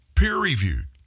peer-reviewed